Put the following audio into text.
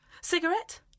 Cigarette